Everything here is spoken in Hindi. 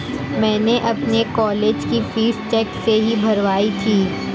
मैंने अपनी कॉलेज की फीस चेक से ही भरवाई थी